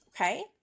Okay